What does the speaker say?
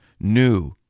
new